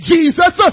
Jesus